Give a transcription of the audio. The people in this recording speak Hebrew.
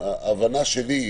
ההבנה שלי,